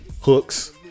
hooks